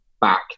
back